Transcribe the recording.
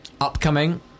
Upcoming